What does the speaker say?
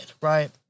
right